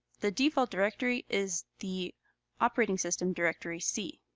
the default directory is the operating system directory, c.